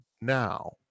Now